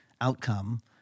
outcome